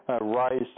rise